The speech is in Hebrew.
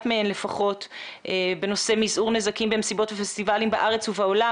מהן בנושא מזעור נזקים במסיבות ופסטיבלים בארץ ובעולם.